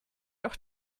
auch